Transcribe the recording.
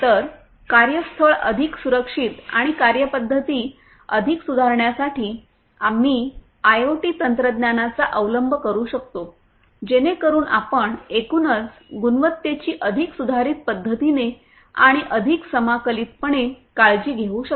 तर कार्य स्थळ अधिक सुरक्षित आणि कार्यपद्धती अधिक सुधारण्यासाठी आम्ही आयओटी तंत्रज्ञानाचा अवलंब करू शकतो जेणेकरून आपण एकूणच गुणवत्तेची अधिक सुधारित पद्धतीने आणि अधिक समाकलितपणे काळजी घेऊ शकता